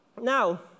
Now